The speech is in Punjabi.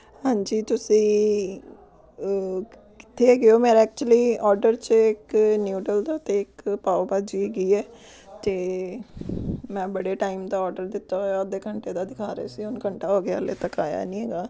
ਹਾਂਜੀ ਤੁਸੀਂ ਕਿੱਥੇ ਹੈਗੇ ਹੋ ਮੇਰਾ ਐਕਚੁਲੀ ਔਡਰ 'ਚ ਇੱਕ ਨਿਊਡਲ ਦਾ ਅਤੇ ਇੱਕ ਪਾਓ ਭਾਜੀ ਹੈਗੀ ਹੈ ਅਤੇ ਮੈਂ ਬੜੇ ਟਾਈਮ ਦਾ ਔਡਰ ਦਿੱਤਾ ਹੋਇਆ ਅੱਧੇ ਘੰਟੇ ਦਾ ਦਿਖਾ ਰਹੇ ਸੀ ਹੁਣ ਘੰਟਾ ਹੋ ਗਿਆ ਹਜੇ ਤੱਕ ਆਇਆ ਨਹੀਂ ਹੈਗਾ